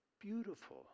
beautiful